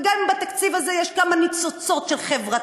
וגם אם בתקציב הזה יש כמה ניצוצות של חברתי,